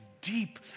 deep